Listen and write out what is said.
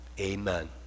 Amen